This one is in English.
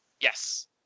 Yes